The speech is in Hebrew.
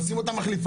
עושים אתה מחליפה,